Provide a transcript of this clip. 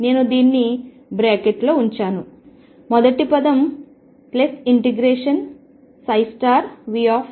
నేను దీన్ని బ్రాకెట్లో ఉంచాను మొదటి పదం ∫Vxxψdx